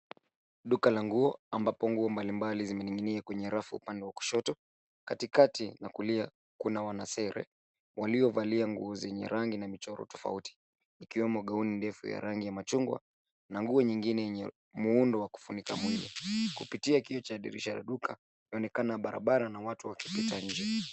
Duka la nguo ambapo nguo mbali mbali zimening'inia kwenye rafu upande wa kushoto. Katikati kulia kuna mwanasesere walio valia nguo zenye rangi na michoro tofauti ikiwemo gauni ndefu ya rangi ya machungwa na nguo nyingine yenye muundo wa kufunika mwili. Kupitia kioo la duka kunaonekana barabara na watu wakipita nje.